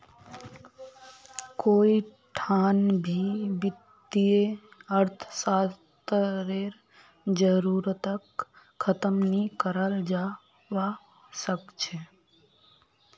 कोई ठान भी वित्तीय अर्थशास्त्ररेर जरूरतक ख़तम नी कराल जवा सक छे